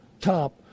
top